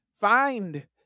find